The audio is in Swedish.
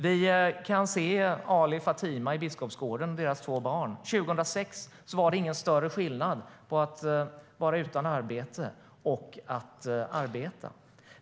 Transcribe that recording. Vi kan se på Ali och Fatima i Biskopsgården och deras två barn. År 2006 var det ingen större skillnad på att vara utan arbete och att arbeta.